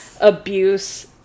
abuse